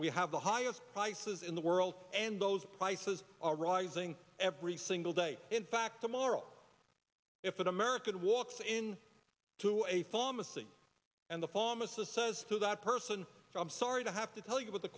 we have the highest prices in the world and those prices are rising every single day in fact tomorrow if an american walked in to a pharmacy and the pharmacist says to that person i'm sorry to have to tell you about the